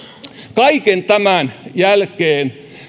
kaiken tämän jälkeen